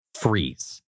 freeze